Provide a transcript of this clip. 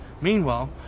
Meanwhile